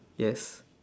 yes